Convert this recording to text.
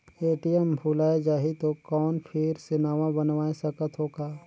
ATM भुलाये जाही तो कौन फिर से नवा बनवाय सकत हो का?